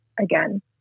again